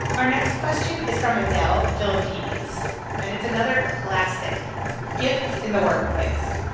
our next question is from adele philippides and it's another classic gifts in the workplace.